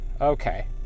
Okay